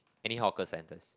any hawker centres